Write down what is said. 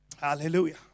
Hallelujah